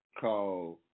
called